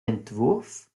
entwurf